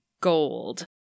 gold